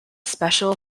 special